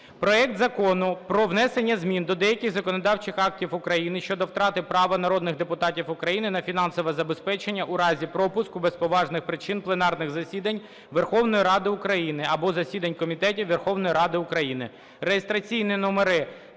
Проект Закону про внесення змін до деяких законодавчих актів України щодо втрати права народних депутатів України на фінансове забезпечення у разі пропуску без поважних причин пленарних засідань Верховної Ради України або засідань комітетів Верховної Ради України